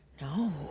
No